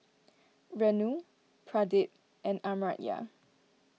Renu Pradip and Amartya